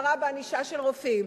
בענישה בנוגע לרופאים.